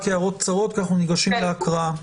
רק הערות קצרות כי אנחנו ניגשים להקראה.